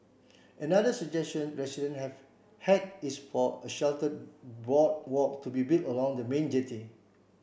another suggestion residents have had is for a sheltered boardwalk to be built along the main jetty